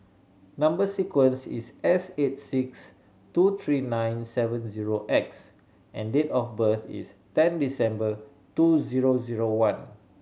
number sequence is S eight six two three nine seven zero X and date of birth is ten December two zero zero one